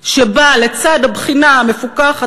שבה לצד הבחינה המפוכחת,